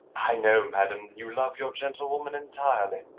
i know, madam, you love your gentlewoman entirely.